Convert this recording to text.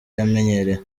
yamenyereye